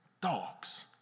dogs